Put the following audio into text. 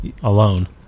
alone